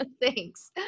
thanks